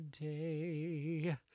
day